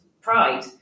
pride